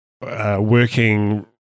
working